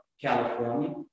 California